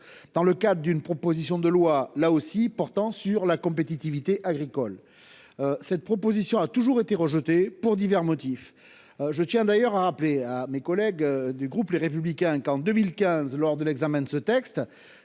dans le cadre d'une proposition de loi là aussi portant sur la compétitivité agricole. Cette proposition a toujours été rejetée pour divers motifs. Je tiens d'ailleurs à rappeler à mes collègues du groupe Les Républicains qu'en 2015 lors de l'examen de ce texte,